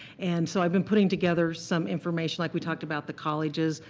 and so i've been putting together some information like we talked about the colleges,